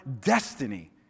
destiny